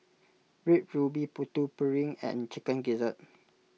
Red Ruby Putu Piring and Chicken Gizzard